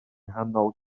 nghanol